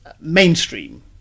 mainstream